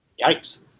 Yikes